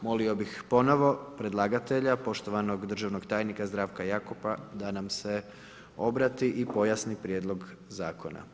Molio bih ponovo predlagatelja, poštovanog državnog tajnika Zdravka Jakopa da nam se obrati i pojasni Prijedlog zakona.